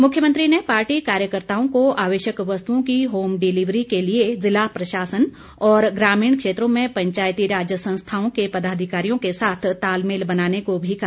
मुख्यमंत्री ने पार्टी कार्यकर्ताओं को आवश्यक वस्तुओं की होमडिलवरी के लिए जिला प्रशासन और ग्रामीण क्षेत्रों में पंचायतीराज संस्थाओं के पदाधिकारियों के साथ तालमेल बनाने को भी कहा